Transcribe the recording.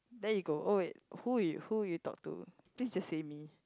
then he go oh wait who you who will you talk to please just say me